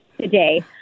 today